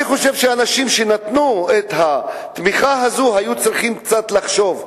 אני חושב שאנשים שנתנו לזה את התמיכה היו צריכים קצת לחשוב.